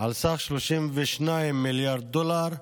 על סך 32 מיליארד שקל,